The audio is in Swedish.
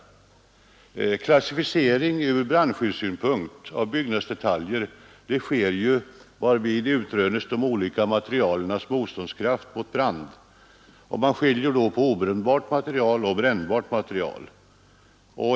Vid den klassificering ur brandskyddssynpunkt av byggnadsdetaljer som sker utrönes de olika materialens motståndskraft mot brand. Man skiljer då på obrännbart material och brännbart material.